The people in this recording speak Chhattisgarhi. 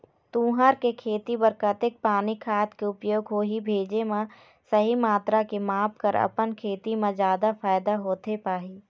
तुंहर के खेती बर कतेक पानी खाद के उपयोग होही भेजे मा सही मात्रा के माप कर अपन खेती मा जादा फायदा होथे पाही?